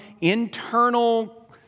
internal